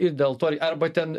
ir dėl to ir arba ten